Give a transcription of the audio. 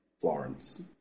Florence